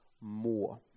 more